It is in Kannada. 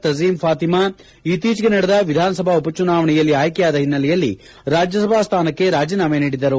ತಜೀನ್ ಫಾತಿಮಾ ಇತ್ತೀಚೆಗೆ ನಡೆದ ವಿಧಾನಸಭಾ ಉಪಚುನಾವಣೆಯಲ್ಲಿ ಆಯ್ಕೆಯಾದ ಹಿನ್ನೆಲೆಯಲ್ಲಿ ರಾಜ್ಯಸಭಾ ಸ್ಥಾನಕ್ಕೆ ರಾಜೀನಾಮೆ ನೀಡಿದ್ದರು